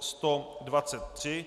123.